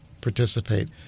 participate